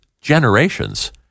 generations